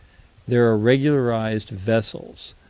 there are regularized vessels,